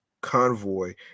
convoy